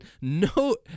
no